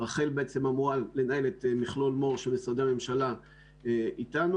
רח"ל אמורה לנהל את מכלול מו"ר של משרדי הממשלה איתנו,